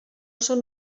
són